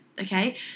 okay